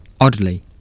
Oddly